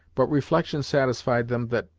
but reflection satisfied them that,